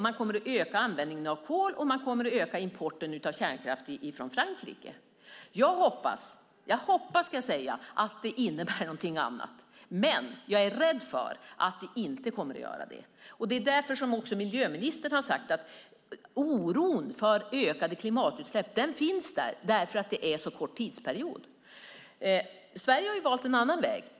Man kommer att öka användningen av kol, och man kommer att öka importen av kärnkraft från Frankrike. Jag ska säga att jag hoppas att det innebär någonting annat, men jag är rädd för att det inte kommer att göra det. Det är därför miljöministern har sagt att oron för ökade klimatutsläpp finns där - eftersom det är en så kort tidsperiod. Sverige har valt en annan väg.